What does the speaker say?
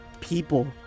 people